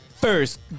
first